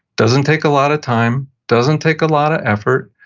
doesn't take a lot of time, doesn't take a lot of effort,